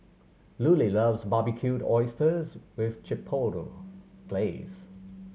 Lulie loves Barbecued Oysters with Chipotle Glaze